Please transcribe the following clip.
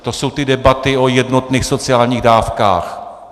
To jsou ty debaty o jednotných sociálních dávkách.